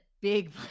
big